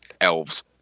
elves